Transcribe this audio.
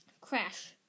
Crash